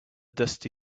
dusty